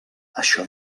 això